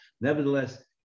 nevertheless